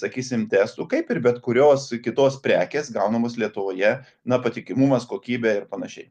sakysim testų kaip ir bet kurios kitos prekės gaunamos lietuvoje na patikimumas kokybė ir panašiai